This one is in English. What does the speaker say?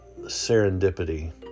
serendipity